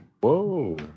Whoa